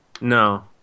No